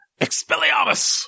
Expelliarmus